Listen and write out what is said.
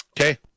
Okay